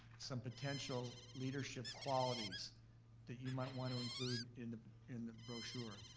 some potential leadership qualities that you might want to include in the in the brochure.